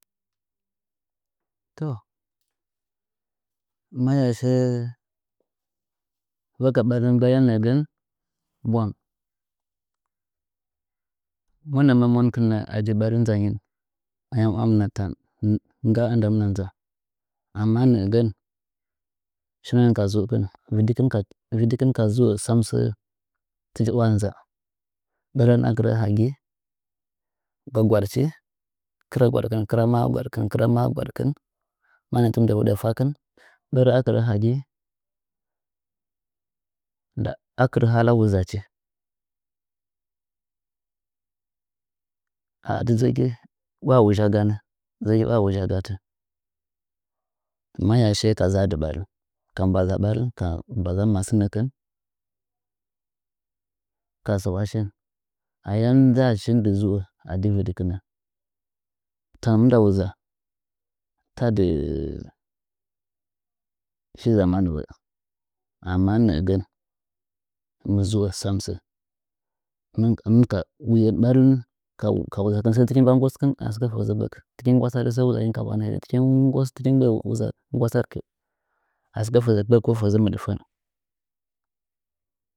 To maya sɚɚ vaga ɓa rin gbyan nɚgɚn bwang monɚ monkɨn nɚ a di ɓari nzayin ayam wamna tan ngga wamna nza adma nɚgɚn shiu nɚngɚn ka zuukin vɨdikɨn ka zu’o sam sɚ tɨchi wa nza ɓɚrɚn akɨrɚ hagin gwagwaɗchikɨrɚ gwaɗkɨn kɨra mai gwɗkin kɨra maa gwaɗkɨn mannɚ tɨmɨndɚ huɗɚ fakɨn ɓɚrɚ akɨrɚ haggɨ nda akɨrɚ hala wuzachi a dzɨ dzagɨ iwa wuzha ganɚ iwa wuzha gatɚ maya shiye ka zadɨ ɓarih ka ɓaza barih ka ɓaza masɨnɚ kɨh ka sɨ’wa shih ayam dza shih dɨ zɨo adi vɨdikɨnɚ tadi shi zamanuwo amma nɚɚgɚn hɨn ɨ miɨ zu’o sam sɚ hɨmɨh hɨmɨh kaka wuzakɨh sɚ tɨkɨh mba nggoskɨh a sɨkɚ fɚzɚ gbɚk tɨkih nggwasadɨ sɚ wuakih ka wanɚh hiɗɚ tɨkih nggos tɨkɨh asɨkɚ fɚzɚ gbɚk komɨɗfɚng.